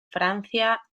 francia